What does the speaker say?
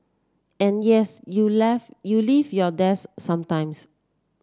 and yes you left you leave your desk sometimes